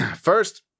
first